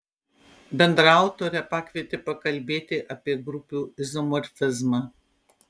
bendraautorę pakvietė pakalbėti apie grupių izomorfizmą